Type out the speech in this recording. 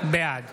בעד